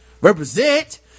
represent